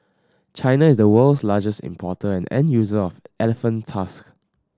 China is the world's largest importer and end user of elephant tusks